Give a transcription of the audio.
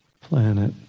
planet